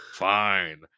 Fine